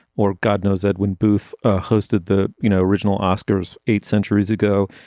or god knows. edwin booth hosted the you know original oscars eight centuries ago.